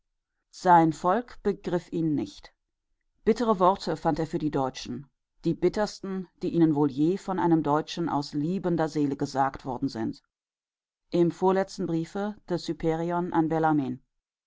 sein volk begriff ihn nicht bittere worte fand er für die deutschen die bittersten die ihnen wohl je von einem deutschen aus liebender seele gesagt worden sind im vorletzten briefe des hyperion an